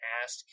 ask